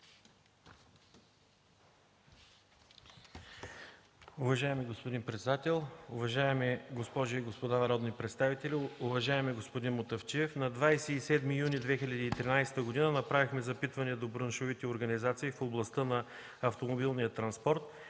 Уважаеми господин председател, уважаеми госпожи и господа народни представители! Уважаеми господин Мутафчиев, на 27 юни 2013 г. направихме запитване до браншовите организации в областта на автомобилния транспорт